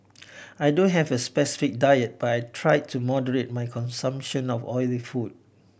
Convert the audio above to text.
I don't have a specific diet but I try to moderate my consumption of oily food